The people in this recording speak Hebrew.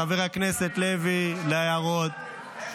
חבר הכנסת לוי, להערות.